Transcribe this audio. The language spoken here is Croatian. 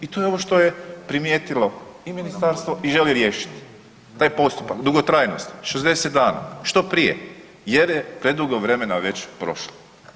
I to je ovo što je primijetilo i ministarstvo i želi riješiti taj postupak dugotrajnosti 60 dana, što prije jer je predugo vremena već prošlo.